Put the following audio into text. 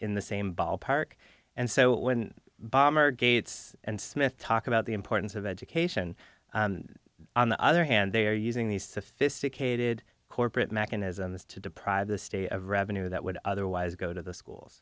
in the same ballpark and so when bomber gates and smith talk about the importance of education on the other hand they are using these sophisticated corporate mechanisms to deprive the state of revenue that would otherwise go to the schools